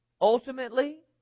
ultimately